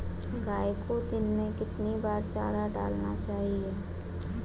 गाय को दिन में कितनी बार चारा डालना चाहिए?